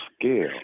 scale